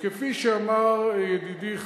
וכפי שאמר ידידי,